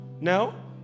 No